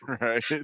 Right